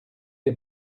les